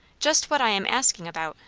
just what i am asking about,